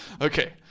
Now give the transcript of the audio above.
okay